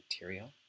material